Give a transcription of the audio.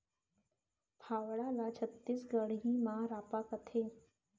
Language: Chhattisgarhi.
फावड़ा ल छत्तीसगढ़ी म रॉंपा कथें